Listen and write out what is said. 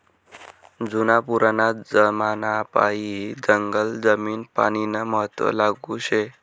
जुना पुराना जमानापायीन जंगल जमीन पानीनं महत्व लागू शे